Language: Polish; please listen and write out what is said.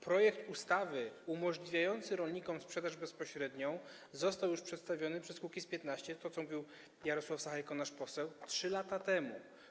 Projekt ustawy umożliwiający rolnikom sprzedaż bezpośrednią został już przedstawiony przez Kukiz’15 - to, co mówił Jarosław Sachajko, nasz poseł - 3 lata temu.